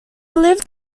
lived